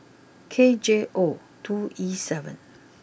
K J O two E seven